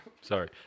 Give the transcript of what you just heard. Sorry